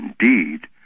indeed